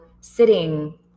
sitting